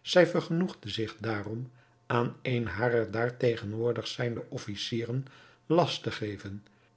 zij vergenoegde zich daarom aan een harer daar tegenwoordig zijnde officieren last te geven